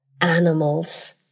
animals